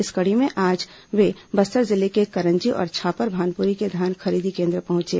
इसी कड़ी में वे आज बस्तर जिले के करंजी और छापर भानपुरी के धान खरीदी केंद्र पहुंचे